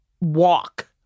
walk